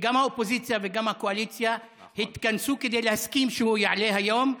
שגם האופוזיציה וגם הקואליציה התכנסו כדי להסכים שהוא יעלה היום,